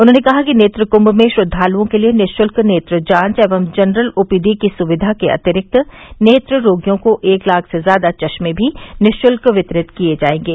उन्होंने कहा कि नेत्र कृंष में श्रद्वालुओं के लिये निशुल्क नेत्र जांच एवं जनरल ओपीडी की सुविधा के अतिरिक्त नेत्र रोगियों को एक लाख से ज्यादा चश्मे भी निःशुल्क वितरित किये जायेंगे